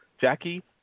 Jackie